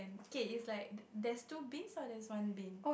K is like there's two bins or there's one bin